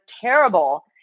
terrible